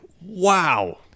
Wow